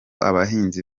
abahinzi